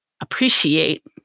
appreciate